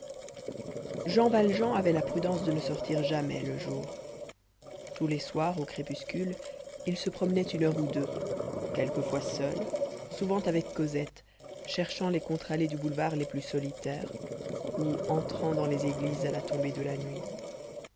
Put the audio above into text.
jean valjean avait la prudence de ne sortir jamais le jour tous les soirs au crépuscule il se promenait une heure ou deux quelquefois seul souvent avec cosette cherchant les contre-allées du boulevard les plus solitaires ou entrant dans les églises à la tombée de la nuit